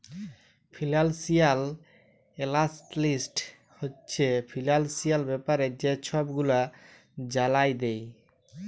financial analyst হছে financial ব্যাপারে যে ছব গুলা জালায় দেই